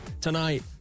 Tonight